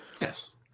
Yes